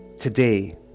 today